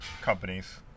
companies